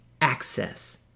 access